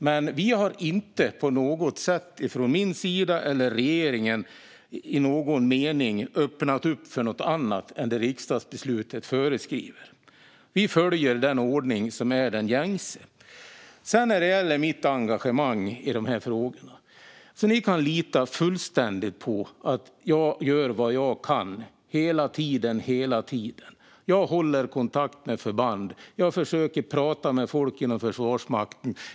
Men vi har inte på något sätt från min eller regeringens sida öppnat upp för något annat än det riksdagsbeslutet föreskriver. Vi följer den ordning som är den gängse. När det gäller mitt engagemang i de här frågorna vill jag säga att ni kan lita fullständigt på att jag gör vad jag kan hela tiden. Jag håller kontakt med förband. Jag försöker prata med folk inom Försvarsmakten.